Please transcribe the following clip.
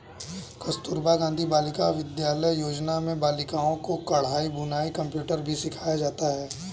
कस्तूरबा गाँधी बालिका विद्यालय योजना में बालिकाओं को कढ़ाई बुनाई कंप्यूटर भी सिखाया जाता है